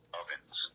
ovens